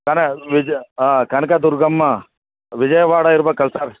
ಪ್ಯಾನೆ ವಿಜ್ ಹಾಂ ಕನಕ ದುರ್ಗಮ್ಮ ವಿಜಯವಾಡ ಇರ್ಬೇಕಲ್ಲ ಸರ್